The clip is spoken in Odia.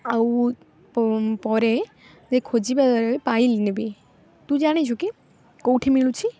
ଆଉ ପରେ ଯେ ଖୋଜିବା ପାଇଲିନି ବି ତୁ ଜାଣିଛୁ କି କେଉଁଠି ମିଳୁଛି